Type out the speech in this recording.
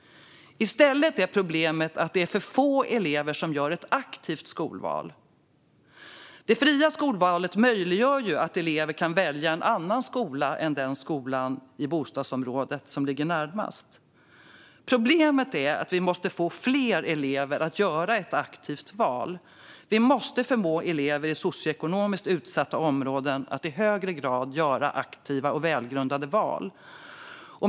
I stället är problemet att det är för få elever som gör ett aktivt skolval. Det fria skolvalet möjliggör att elever kan välja en annan skola än den närmaste skolan i bostadsområdet. Vi måste få fler elever att göra ett aktivt val. Vi måste förmå elever i socioekonomiskt utsatta områden att i högre grad göra aktiva och välgrundade val.